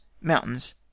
mountains